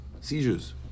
seizures